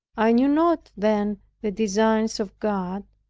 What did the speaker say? i knew not then the designs of god,